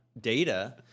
data